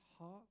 heart